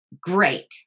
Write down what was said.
great